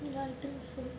ya I think so